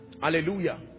Hallelujah